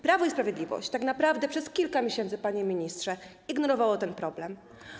Prawo i Sprawiedliwość tak naprawdę przez kilka miesięcy, panie ministrze, ignorowało ten problem.